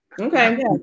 okay